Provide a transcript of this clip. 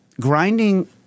grinding